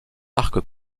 arc